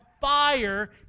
fire